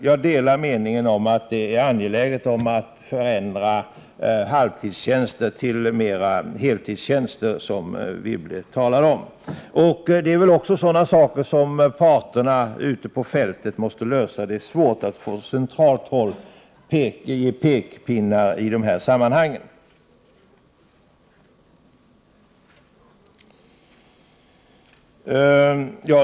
Jag delar meningen att det är angeläget att förändra halvtidstjänster till mera heltidstjänster, som Anne Wibble talade om. Det är väl också sådant som parterna ute på fältet måste lösa. Det är svårt att från centralt håll ge pekpinnar i sådana sammanhang.